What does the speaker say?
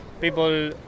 people